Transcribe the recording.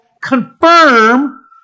confirm